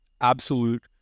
absolute